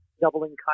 doubling